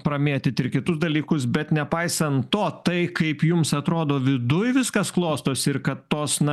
pramėtyt ir kitus dalykus bet nepaisant to tai kaip jums atrodo viduj viskas klostosi ir kad tos na